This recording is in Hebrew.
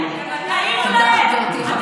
אנחנו מקשיבים, לא מדברים.